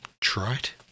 trite